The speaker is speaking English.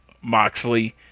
Moxley